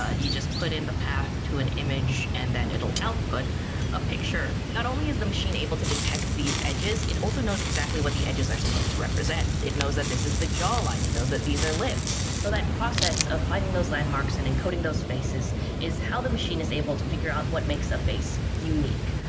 ah you just put in the path to an image, and then it'll output a picture. not only is the machine able to detect these edges, it also knows exactly what the edges are supposed to represent. it knows that this is the jawline, it knows that these are lips. so that process of finding those landmarks and encoding those faces is how the machine is able to figure out what makes a face unique.